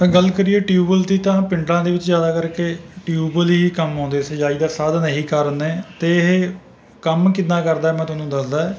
ਗੱਲ ਕਰੀਏ tube well ਦੀ ਤਾਂ ਪਿੰਡਾਂ ਦੇ ਵਿੱਚ ਜ਼ਿਆਦਾ ਕਰਕੇ ਟਿਊਬ ਵੈਲ ਹੀ ਕੰਮ ਆਉਂਦੇ ਸਿੰਚਾਈ ਦਾ ਸਾਧਨ ਇਹੀ ਕਾਰਨ ਹੈ ਅਤੇ ਇਹ ਕੰਮ ਕਿੱਦਾਂ ਕਰਦਾ ਮੈਂ ਤੁਹਾਨੂੰ ਇਹ ਦੱਸਦਾ